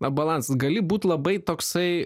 na balansas gali būt labai toksai